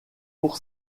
pour